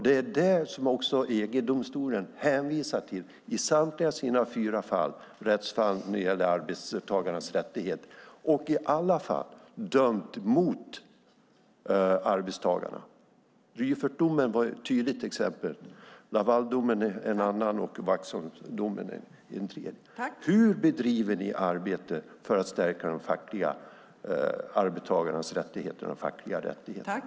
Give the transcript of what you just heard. Det är det som EG-domstolen också hänvisar till i samtliga sina fyra rättsfall när det gäller arbetstagarnas rättigheter, och där man i alla fallen har dömt mot arbetstagarna. Rüffertdomen var ett tydligt exempel och Lavaldomen, Vaxholmsdomen, ett annat. Hur bedriver ni arbetet för att stärka de arbetstagarnas fackliga rättigheter?